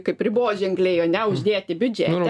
kaip riboženkliai ane uždėti biudžete